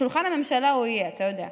בשולחן הממשלה הוא יהיה, אתה יודע.